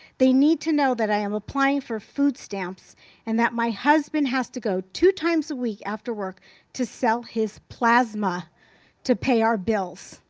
they need to know that i am applying for food stamps and my husband has to go two times a week after work to sell his plasma to pay our bills.